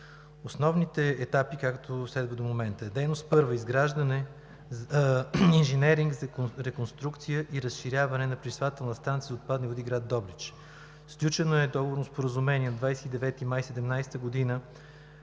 Основните етапи, както следват до момента: Дейност първа – Инженеринг за реконструкция и разширяване на пречиствателната станция за отпадни води град Добрич. Сключено е договорно споразумение от 29 май 2017 г. на